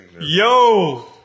Yo